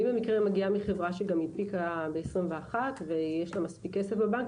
אני במקרה מגיעה מחברה שהנפיקה ב-2021 ויש לה מספיק כסף בבנק,